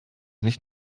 nicht